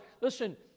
Listen